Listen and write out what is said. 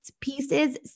pieces